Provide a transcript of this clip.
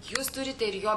jūs turite ir jo